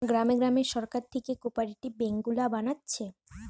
গ্রামে গ্রামে সরকার থিকে কোপরেটিভ বেঙ্ক গুলা বানাচ্ছে